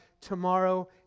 tomorrow